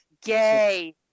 Gay